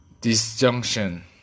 Disjunction